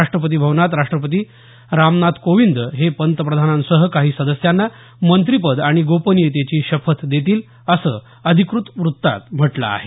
राष्ट्रपती भवनात राष्ट्रपती रामनाथ कोविंद हे पंतप्रधानांसह काही सदस्यांना मंत्री पद आणि गोपनीयतेची शपथ देतील असं अधिकृत वृत्तात म्हटलं आहे